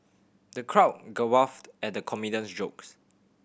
the crowd guffawed at the comedian's jokes